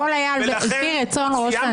הכול היה על פי רצון ראש הממשלה.